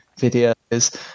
videos